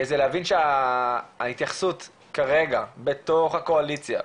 זה להבין שההתייחסות כרגע בתוך הקואליציה,